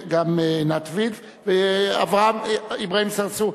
עינת וילף ואברהים צרצור,